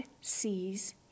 sees